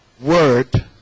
word